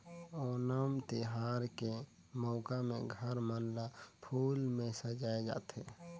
ओनम तिहार के मउका में घर मन ल फूल में सजाए जाथे